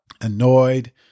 annoyed